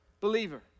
believer